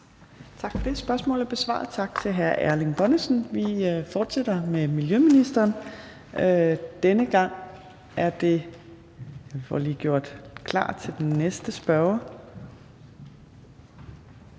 Tak for det. Spørgsmålet er besvaret. Tak til hr. Erling Bonnesen. Vi fortsætter med miljøministeren og får lige gjort klar til den næste spørger.